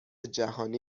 جهانی